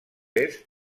est